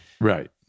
Right